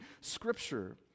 Scripture